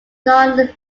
non